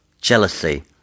jealousy